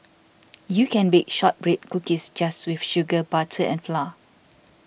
you can bake Shortbread Cookies just with sugar butter and flour